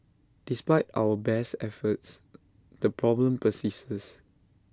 despite our best efforts the problem persists